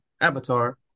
Avatar